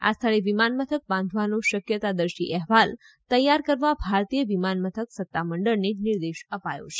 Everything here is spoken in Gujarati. આ સ્થળે વિમાનમથક બાંધવાનો શક્યતાદર્શી અહેવાલ તૈયાર કરવા ભારતીય વિમાનમથક સત્તામંડળને નિર્દેશ અપાયો છે